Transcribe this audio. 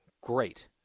Great